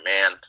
man